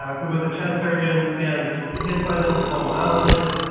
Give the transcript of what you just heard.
who was a chest surgeon, and his son is a pulmonologist.